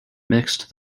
mixed